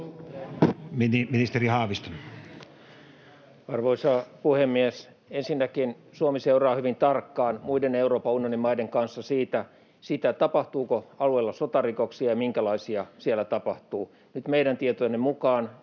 Content: Arvoisa puhemies! Ensinnäkin Suomi seuraa hyvin tarkkaan muiden Euroopan unionin maiden kanssa sitä, tapahtuuko alueella sotarikoksia ja minkälaisia siellä tapahtuu. Nyt meidän tietojemme mukaan